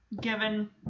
given